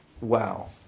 wow